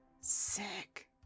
sick